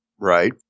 Right